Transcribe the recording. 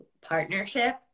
partnership